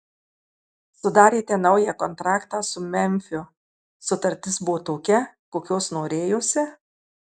sudarėte naują kontraktą su memfiu sutartis buvo tokia kokios norėjosi